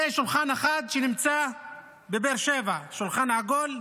זה שולחן אחד שנמצא בבאר שבע, שולחן עגול,